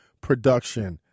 production